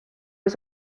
was